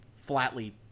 flatly